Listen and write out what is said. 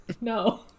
No